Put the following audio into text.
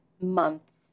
Months